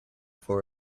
for